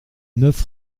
neuf